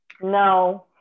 No